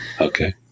Okay